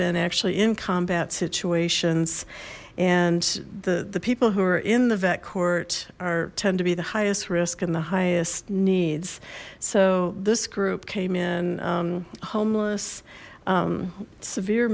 been actually in combat situations and the the people who are in the vet court are tend to be the highest risk and the highest needs so this group came in homeless severe